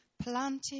Planted